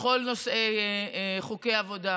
בכל נושא של חוקי העבודה,